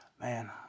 Man